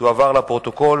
התשובה תועבר לפרוטוקול.